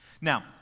Now